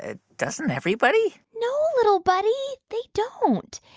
ah doesn't everybody? no, little buddy, they don't.